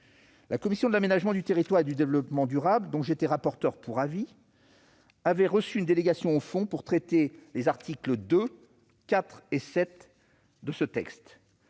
La commission de l'aménagement du territoire et du développement durable, dont j'étais le rapporteur pour avis sur ce texte, avait reçu une délégation au fond pour les articles 2, 4 et 7.